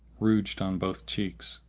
rouged on both cheeks.